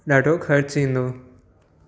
ॾाढो ख़र्च ईंदो